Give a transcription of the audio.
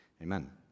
Amen